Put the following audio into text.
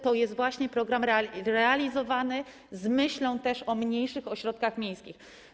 To jest właśnie program realizowany z myślą też o mniejszych ośrodkach miejskich.